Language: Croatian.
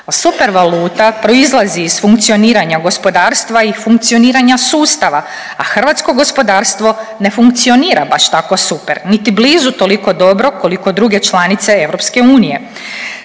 a super valuta proizlazi iz funkcioniranja gospodarstva i funkcioniranja sustava, a hrvatsko gospodarstvo ne funkcionira baš tako super, niti blizu toliko dobro koliko druge članice EU.